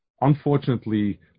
Unfortunately